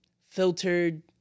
filtered